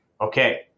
Okay